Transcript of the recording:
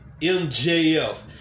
MJF